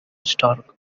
stark